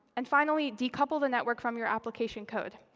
and finally, decouple the network from your application code.